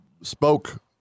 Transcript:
spoke